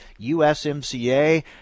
USMCA